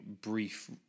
brief